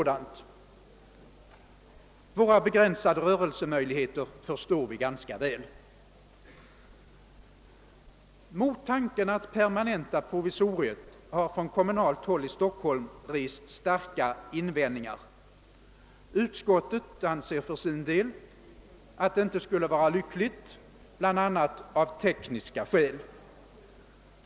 Vi inser också ganska väl våra begränsade rörelsemöjligheter. Mot tanken att permanenta proviso riet har från kommunalt håll i Stock holm rests starka invändningar. Utskottet anser, bl.a. av tekniska skäl, att ett sådant alternativ inte skulle vara lyckligt.